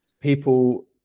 people